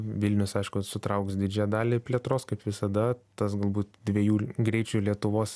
vilnius aišku sutrauks didžiąją dalį plėtros kaip visada tas galbūt dviejų greičių lietuvos